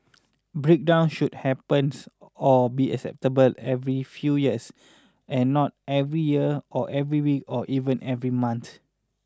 breakdown should happens or be acceptable every few years and not every year or every week or even every month